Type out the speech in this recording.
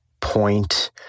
point